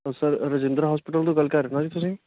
sir Rajindra hospital ਤੋਂ ਗੱਲ ਕਰ ਰਹੇ ਨਾ ਜੀ ਤੁਸੀਂ